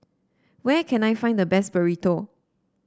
where can I find the best Burrito